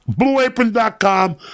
BlueApron.com